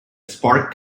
spark